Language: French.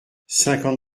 cinquante